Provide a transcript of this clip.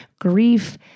grief